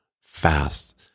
fast